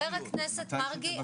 חבר הכנסת מרגי,